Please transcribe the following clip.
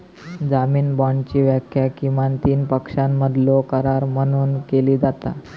जामीन बाँडची व्याख्या किमान तीन पक्षांमधलो करार म्हणून केली जाता